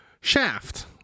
Shaft